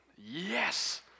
Yes